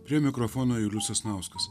prie mikrofono julius sasnauskas